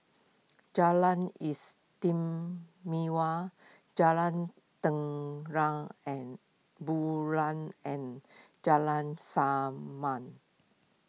Jalan Istimewa Jalan Terang and Bulan and Jalan